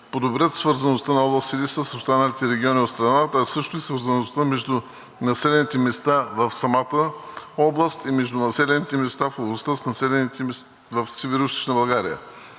подобрят свързаността на област Силистра с останалите региони от страната, а също и свързаността между населените места в самата област и между населените места в областта с населените места в цялата Североизточна България.